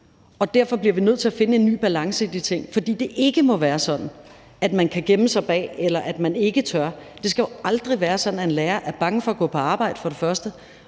Derfor bliver vi nødt til at finde en ny balance i de ting. For det må ikke være sådan, at man kan gemme sig bag noget, eller at man ikke tør. Det skal jo aldrig være sådan, at en lærer er bange for at gå på arbejde og desuden